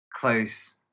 close